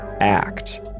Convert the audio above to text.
act